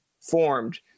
formed